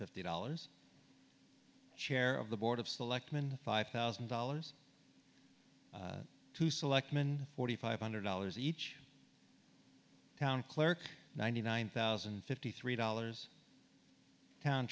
fifty dollars share of the board of selectmen five thousand dollars to selectmen forty five hundred dollars each town clerk ninety nine thousand and fifty three dollars town